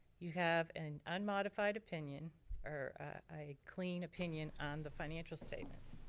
you have an unmodified opinion or a clean opinion on the financial statements.